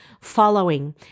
following